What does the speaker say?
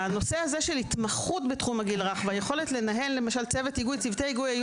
בנושא הזה של התמחות בתחום הגיל הרך והיכולת לנהל צוותי היגוי,